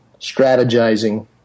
strategizing